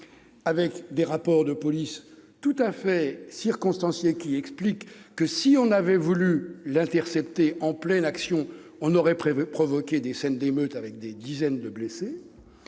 ! Les rapports de police tout à fait circonstanciés expliquent que, si l'on avait voulu l'intercepter en pleine action, on aurait provoqué des scènes d'émeutes avec des dizaines de blessés.